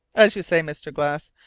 as you say, mr. glass,